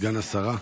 סגן השרה.